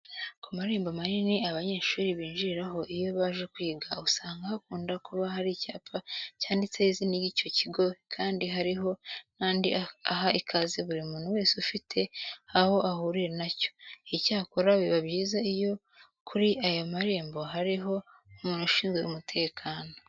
Ku marembo manini abanyeshuri binjiriraho iyo baje kwiga, usanga hakunda kuba hari icyapa cyanditseho izina ry'icyo kigo kandi hariho n'andi aha ikaze buri muntu wese ufite aho ahuriye na cyo. Icyakora biba byiza iyo kuri aya marembo hariho umuntu ushinzwe umutekano.